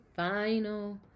Final